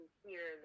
hear